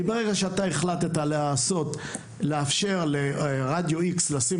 כי ברגע שאתה החלטת לאפשר לרדיו X לשים